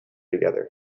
together